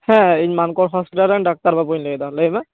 ᱦᱮᱸ ᱤᱧ ᱢᱟᱱᱠᱚᱨ ᱦᱚᱥᱯᱤᱴᱟᱞ ᱨᱮᱱ ᱰᱟᱠᱛᱟᱨ ᱵᱟᱹᱵᱩᱧ ᱞᱟᱹᱭᱫᱟ ᱞᱟᱹᱭ ᱢᱮ